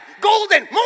golden